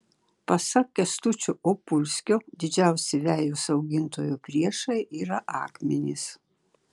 pasak kęstučio opulskio didžiausi vejos augintojų priešai yra akmenys